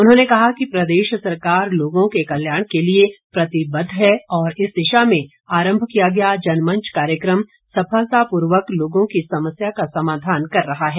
उन्होंने कहा कि प्रदेश सरकार लोगों के कल्याण के लिए प्रतिबद्ध है और इस दिशा में आरंभ किया गया जनमंच कार्यक्रम सफलता पूर्वक लोगों की समस्या का समाधान कर रहा है